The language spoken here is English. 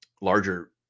larger